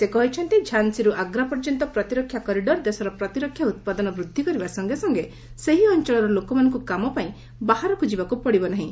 ସେ କହିଛନ୍ତି ଝାନ୍ସୀରୁ ଆଗ୍ରା ପର୍ଯ୍ୟନ୍ତ ପ୍ରତିରକ୍ଷା କରିଡର ଦେଶର ପ୍ତିରକ୍ଷା ଉତ୍ପାଦନ ବୃଦ୍ଧି କରିବା ସଙ୍ଗେ ସଙ୍ଗେ ସେହି ଅଞ୍ଚଳର ଲୋକମାନଙ୍କୁ କାମ ପାଇଁ ବାହାରକୁ ଯିବାକୁ ପଡିବ ନାହିଁ